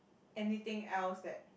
anything else that